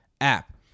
app